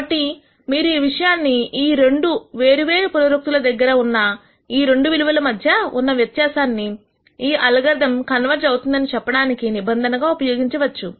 కాబట్టి మీరు ఈ నియమాన్ని ఈ రెండు వేరు వేరు పునరుక్తి ల దగ్గర ఉన్న ఈ రెండు విలువల మధ్య ఉన్న వ్యత్యాసాన్ని ఈ అల్గారిథం కన్వెర్జ్ అవుతుంది అని చెప్పడానికి నిబంధనగా ఉపయోగించవచ్చు